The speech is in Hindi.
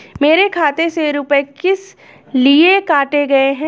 मेरे खाते से रुपय किस लिए काटे गए हैं?